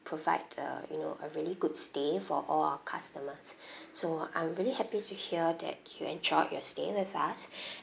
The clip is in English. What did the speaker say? provide the you know a really good stay for all our customers so I'm really happy to hear that you enjoyed your stay with us